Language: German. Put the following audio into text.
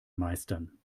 meistern